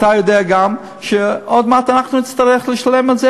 אתה יודע גם שעוד מעט אנחנו נצטרך לשלם על זה,